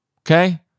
Okay